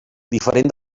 diferent